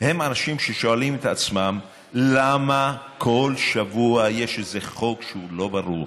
הם אנשים ששואלים את עצמם למה כל שבוע יש איזה חוק שהוא לא ברור,